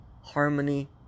harmony